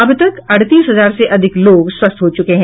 अब तक अड़तीस हजार से अधिक लोग स्वस्थ हो चुके हैं